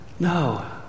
No